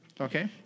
Okay